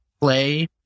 play